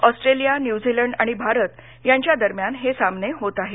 Australia New Zealand आणि भारत यांच्या दरम्यान हे सामने होत आहेत